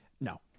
No